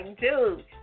dude